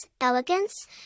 elegance